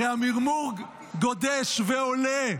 הרי המרמור גודש ועולה.